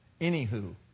anywho